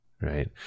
right